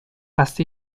past